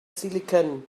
silicon